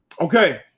Okay